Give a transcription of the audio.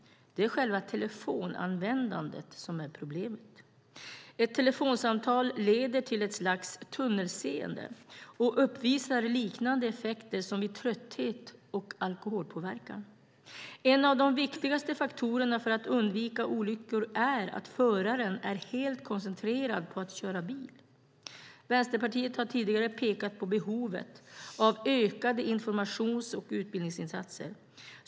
Det är själva telefonanvändandet som är problemet. Ett telefonsamtal leder till ett slags tunnelseende och uppvisar liknande effekter som vid trötthet och alkoholpåverkan. En av de viktigaste faktorerna för att undvika olyckor är att föraren är helt koncentrerad på att köra bil. Vänsterpartiet har tidigare pekat på behovet av ökade informations och utbildningsinsatser.